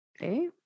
Okay